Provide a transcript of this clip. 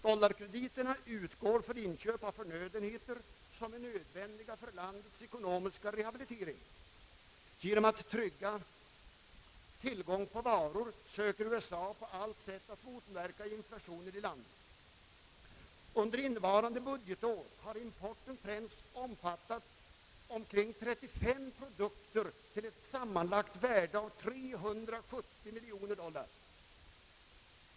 Dollarkrediterna utgår för inköp av förnödenheter, som är nödvändiga för landets ekonomiska rehabilitering. Genom att trygga tillgången på varor söker USA på allt sätt motverka inflationen i landet. Innevarande budgetår har importen främst omfattat omkring 35 produkter till ett sammanlagt värde av 370 miljoner dollar.